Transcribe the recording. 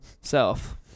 self